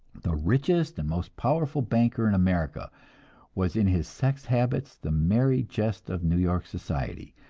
the richest and most powerful banker in america was in his sex habits the merry jest of new york society.